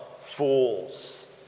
fools